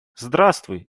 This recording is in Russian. здравствуй